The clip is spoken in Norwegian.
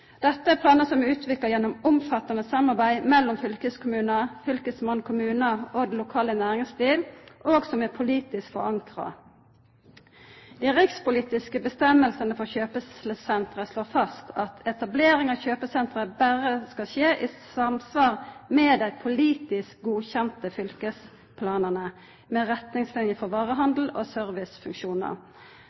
Dette er planar som er utvikla gjennom omfattande samarbeid mellom fylkeskommunar, fylkesmenn, kommunar og det lokale næringsliv, og som er politisk forankra. Dei rikspolitiske avgjerdene for kjøpesenter slår fast at etablering av kjøpesenter berre skal skje i samsvar med dei politisk godkjende fylkesplanane med retningsliner for varehandel og